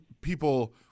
people